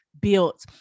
built